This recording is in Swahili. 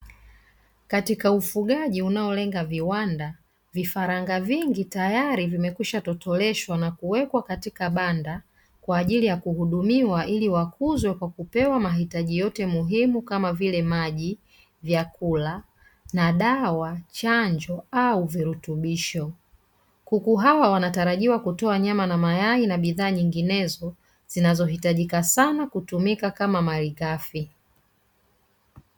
Katika ufugaji unaolenga viwanda vifaranga vingi tayari vimekwisha totoreshwa na kuwekwa katika banda kwa ajili ya kuhudumiwa ili wakuzwe kwa kupewa mahitaji yote muhimu kama vile maji, vyakula na dawa , chanjo au virutubisho. kuku hawa wanatarajiwa kutoa nyama na mayai na bidhaa nyinginezo zinazohitajika sana kutumika kama malighafi.